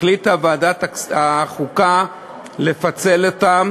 החליטה ועדת החוקה לפצל אותן